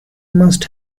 must